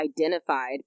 identified